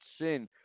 sin